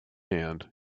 hand